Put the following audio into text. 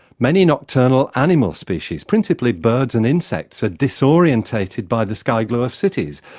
many nocturnal animal species principally birds and insects are disoriented by the sky glow of cities,